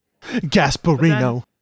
Gasparino